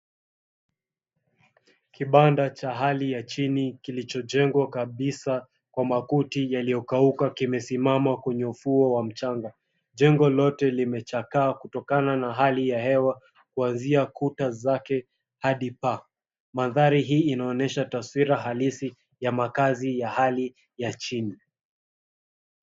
Kibanda cha hali ya chini kilichojengwa kabisa kwa makuti yaliyokauka kimesimama kwenye ufuo wa mchanga. Jengo lote limechakaa kutokana na hali ya hewa kuanzia kuta zake hadi paa. Mandhari hii inaonyesha taswira halisi ya makazi ya hali ya chini.